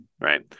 Right